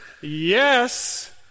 yes